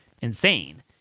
insane